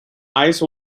ice